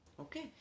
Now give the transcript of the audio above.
Okay